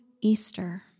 Easter